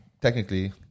technically